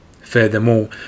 Furthermore